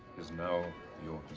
is now your